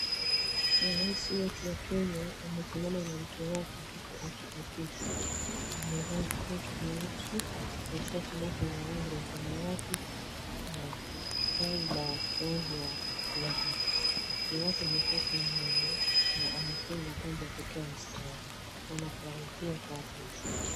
Raisi wetu wa Kenya amesimama na make wake huku akiapishwa. Amevaa koti nyeusi na shati lake la rangi la samawati na tai la rangi ya dhahabu. Mke wake amekata nywele na ameekewa mapambo ya kutoa mstari wanafurahia kuapishwa.